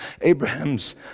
Abraham's